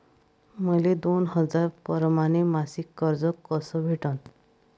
मले दोन हजार परमाने मासिक कर्ज कस भेटन?